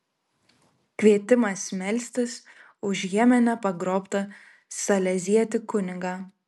kvietimas melstis už jemene pagrobtą salezietį kunigą